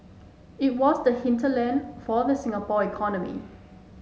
it was the hinterland for the Singapore economy